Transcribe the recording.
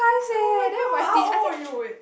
oh-my-god how old are you wait